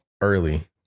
early